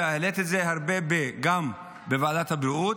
והעליתי את זה הרבה גם בוועדת הבריאות,